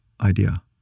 idea